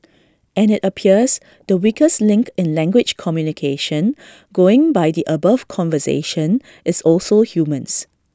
and IT appears the weakest link in language communication going by the above conversation is also humans